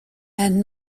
and